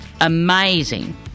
amazing